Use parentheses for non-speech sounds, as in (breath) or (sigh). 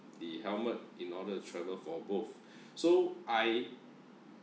the helmet in order to travel for both (breath) so I